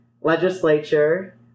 legislature